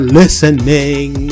listening